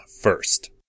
first